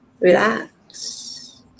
relax